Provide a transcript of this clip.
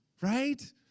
Right